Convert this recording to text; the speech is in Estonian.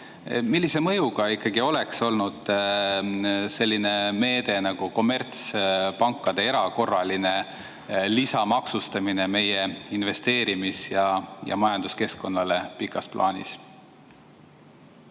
Millise mõjuga ikkagi oleks olnud selline meede nagu kommertspankade erakorraline lisamaksustamine meie investeerimis‑ ja majanduskeskkonnale pikas plaanis?